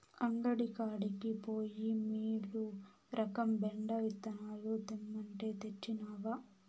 అంగడి కాడికి పోయి మీలురకం బెండ విత్తనాలు తెమ్మంటే, తెచ్చినవా